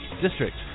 district